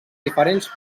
diferents